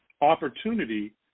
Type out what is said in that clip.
opportunity